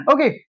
Okay